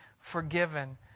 forgiven